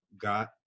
got